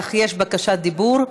אך יש בקשת דיבור.